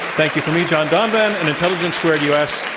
thank you from me, john donvan, and intelligence squared u. s.